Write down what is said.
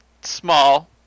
small